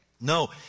No